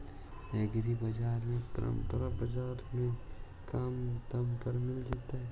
एग्रीबाजार में परमप बाजार से कम दाम पर मिल जैतै का?